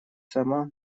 сама